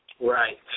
Right